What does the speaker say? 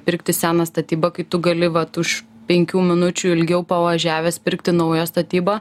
pirkti seną statybą kai tu gali vat už penkių minučių ilgiau pavažiavęs pirkti naują statybą